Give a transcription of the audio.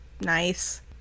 nice